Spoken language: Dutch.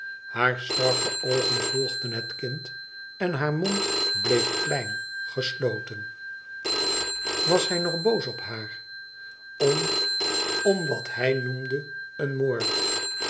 haar strakke oogen volgden het kind en haar mond bleef klein gesloten was hij nog doos op naar um om wai mj noemae een moord